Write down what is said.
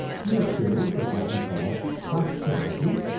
we have periods of what we call prosperity,